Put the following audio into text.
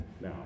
now